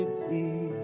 see